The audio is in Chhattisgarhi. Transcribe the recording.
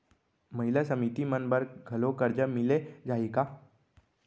महिला समिति मन बर घलो करजा मिले जाही का?